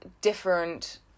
different